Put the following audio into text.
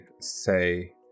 say